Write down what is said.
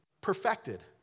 perfected